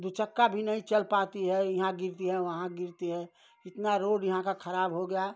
दो चक्का भी नहीं चल पाता है यहाँ गिरता है वहाँ गिरता है इतनी रोड यहाँ की खराब हो गई है